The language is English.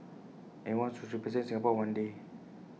and he wants to represent Singapore one day